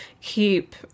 keep